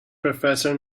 professor